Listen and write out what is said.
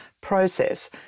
process